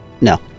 No